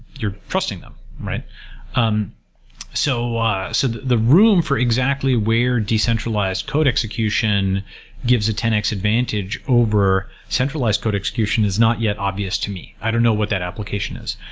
you're trusting them um so so the room for exactly where decentralized code execution gives a ten x advantage over centralized code execution is not yet obvious to me. i don't know what that application is.